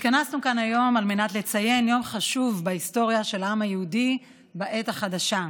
התכנסנו כאן היום לציין יום חשוב בהיסטוריה של העם היהודי בעת החדשה.